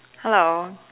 hello